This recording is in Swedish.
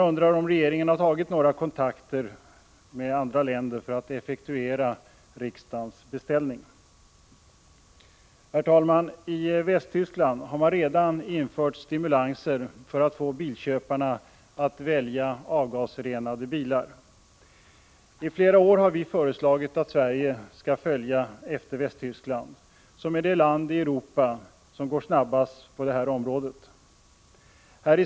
Har regeringen tagit några kontakter med andra länder för att effektuera riksdagens beställning? Herr talman! I Västtyskland har man redan infört stimulanser för att få bilköparna att välja avgasrenade bilar. I flera år har vi föreslagit att Sverige skall följa efter Västtyskland, som är det land i Europa som går snabbast fram på detta område.